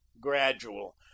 gradual